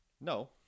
No